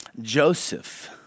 Joseph